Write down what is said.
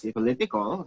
political